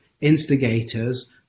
instigators